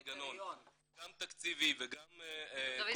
גם תקציבי וגם כח אדם --- דוד,